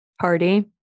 party